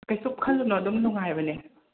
ꯀꯩꯁꯨ ꯈꯜꯂꯨꯅꯣ ꯑꯗꯨꯝ ꯅꯨꯡꯉꯥꯏꯕꯅꯦ